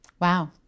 Wow